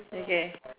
okay